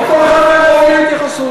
וכל אחד מהם ראוי להתייחסות.